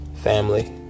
family